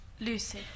Lucy